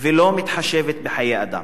ולא מתחשבת בחיי אדם.